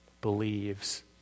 believes